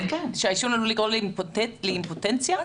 שהעישון עלול לגרום לאימפוטנציה?